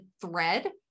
thread